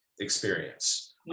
experience